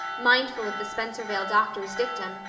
mindful of the spencervale doctor's dictum,